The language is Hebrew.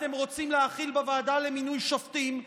אתם רוצים להחיל בוועדה למינוי שופטים,